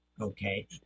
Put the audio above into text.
okay